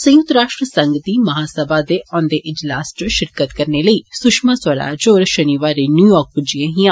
संयुक्त राष्ट्र संघ दी महासभा दे औन्दे इजलास च शिरकत करने लेई सुषम होर शनिवारें न्यूयार्क पुज्जियां हियां